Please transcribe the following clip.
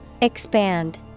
Expand